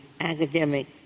academic